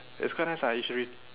it's quite nice ah you should read